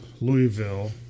Louisville